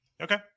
okay